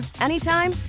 anytime